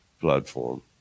platform